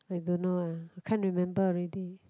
I don't know lah I can't remember already